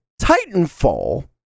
Titanfall